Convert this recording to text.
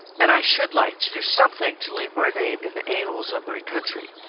and i should like to do something to leave my name in the annals of my country.